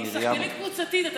היא שחקנית קבוצתית.